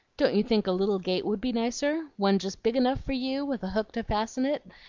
don't you think a little gate would be nicer one just big enough for you, with a hook to fasten it?